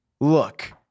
Look